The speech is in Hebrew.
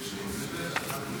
22 נתקבלו.